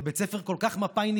זה בית ספר כל כך מפא"יניקי,